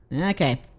Okay